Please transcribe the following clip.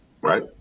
Right